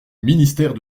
ministère